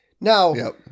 Now